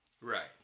Right